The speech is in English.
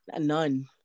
none